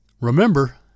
remember